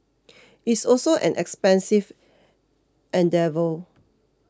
it's also an expensive endeavour